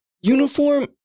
uniform